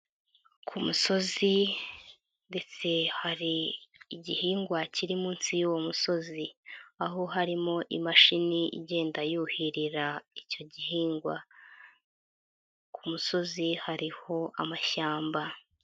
Ku kumusozi ndetse hari igihingwa kiri munsi y'uwo musozi, aho harimo imashini igenda yuhirira icyo gihingwa, ku musozi hariho amashyamba.